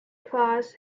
class